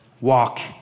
walk